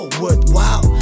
worthwhile